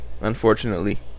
Unfortunately